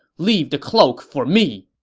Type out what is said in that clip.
leave the cloak for me!